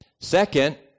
Second